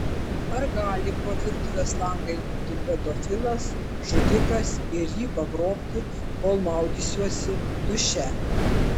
ar gali pro virtuvės langą įlipti pedofilas žudikas ir jį pagrobti kol maudysiuosi duše